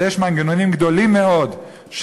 אבל יש מנגנונים גדולים מאוד,